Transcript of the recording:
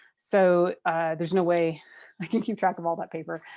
so there's no way i can keep track of all that paper.